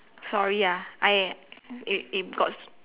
sorry ah I it it got